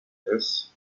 jerez